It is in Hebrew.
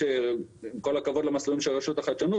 עם כל הכבוד למסלולים של הרשות לחדשנות